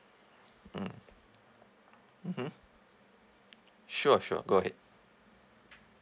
mm mmhmm sure sure go ahead